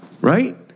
right